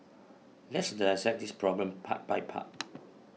let's dissect this problem part by part